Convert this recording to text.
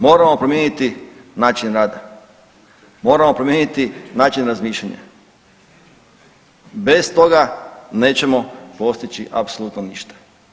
Moramo promijeniti način rada, moramo promijeniti način razmišljanja, bez toga nećemo postići apsolutno ništa.